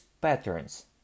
patterns